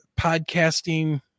podcasting